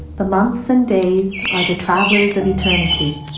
the months and days are the travellers of eternity.